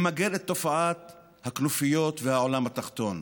למגר את תופעת הכנופיות והעולם התחתון?